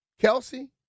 Kelsey